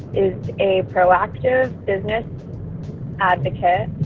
is a proactive business advocate.